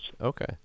Okay